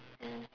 mm